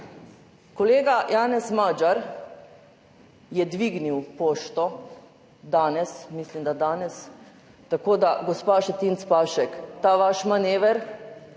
Kolega Janez Magyar je dvignil pošto danes, mislim, da danes. Tako da gospa Šetinc Pašek, ta vaš manever